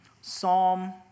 Psalm